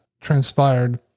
transpired